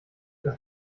das